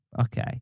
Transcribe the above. Okay